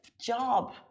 job